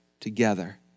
together